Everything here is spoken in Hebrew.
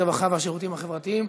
הרווחה והשירותים החברתיים,